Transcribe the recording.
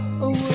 away